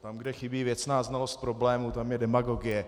Tam, kde chybí věcná znalost problémů, tam je demagogie.